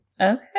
Okay